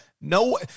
no –